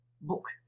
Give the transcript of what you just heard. book